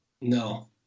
No